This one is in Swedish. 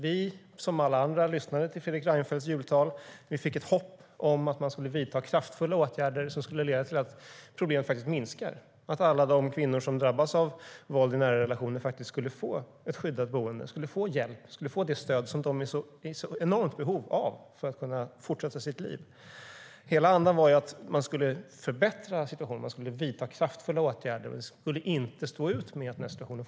Vi och andra som lyssnade på Fredrik Reinfeldts jultal fick ett hopp om att man skulle vidta kraftfulla åtgärder som skulle leda till att problemet minskade, till att alla de kvinnor som drabbas av våld i nära relationer skulle få skyddat boende, skulle få hjälp, skulle få det stöd som de är i så enormt behov av för att kunna fortsätta sina liv. Andan var att man skulle vidta kraftfulla åtgärder för att förbättra situationen. Vi skulle inte behöva stå ut med rådande situation.